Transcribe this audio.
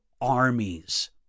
armies